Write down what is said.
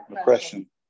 oppression